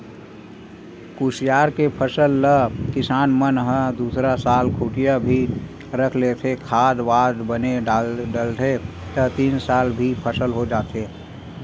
कुसियार के फसल ल किसान मन ह दूसरा साल खूटिया भी रख लेथे, खाद वाद बने डलथे त तीन साल भी फसल हो जाथे